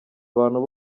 abantu